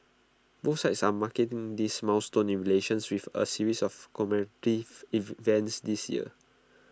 both sides are marking this milestone in relations with A series of commemorative events this year